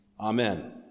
Amen